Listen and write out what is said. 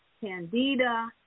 candida